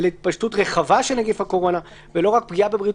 אלא "התפשטות רחבה של נגיף הקורונה" ולא רק "פגיעה בבריאות